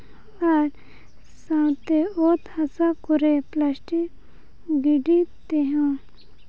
ᱟᱨ ᱥᱟᱶᱛᱮ ᱚᱛ ᱦᱟᱥᱟ ᱠᱚᱨᱮ ᱯᱞᱟᱥᱴᱤᱠ ᱜᱤᱰᱤ ᱛᱮᱦᱚᱸ